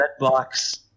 Redbox